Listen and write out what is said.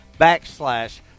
backslash